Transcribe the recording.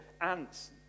ants